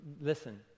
listen